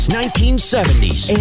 1970s